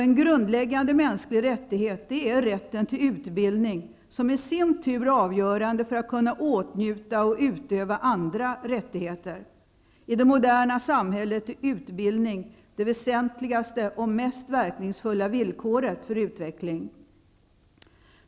En grundläggande mänsklig rättighet är rätten till utbildning, som i sin tur är avgörande för att kunna åtnjuta och utöva andra rättigheter. I det moderna samhället är utbildning det väsentligaste och mest verkningsfulla villkoret för utveckling.